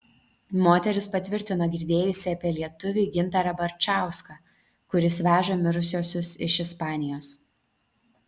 moteris patvirtino girdėjusi apie lietuvį gintarą barčauską kuris veža mirusiuosius iš ispanijos